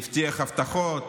הבטיח הבטחות,